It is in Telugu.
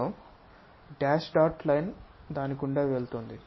కాబట్టి డాష్ డాట్ లైన్ దాని గుండా వెళుతుంది